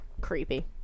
Creepy